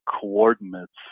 coordinates